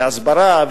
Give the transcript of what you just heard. והסברה,